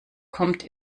kommt